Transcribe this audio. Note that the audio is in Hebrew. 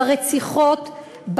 ברציחות,